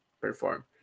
perform